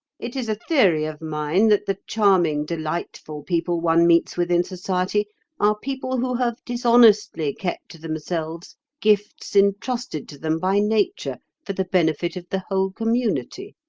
it is a theory of mine that the charming, delightful people one meets with in society are people who have dishonestly kept to themselves gifts entrusted to them by nature for the benefit of the whole community.